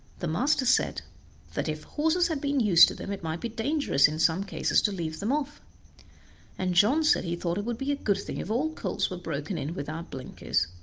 the master said that if horses had been used to them, it might be dangerous in some cases to leave them off' and john said he thought it would be a good thing if all colts were broken in without blinkers,